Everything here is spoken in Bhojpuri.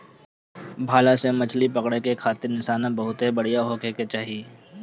भाला से मछरी पकड़े खारित निशाना बहुते बढ़िया होखे के चाही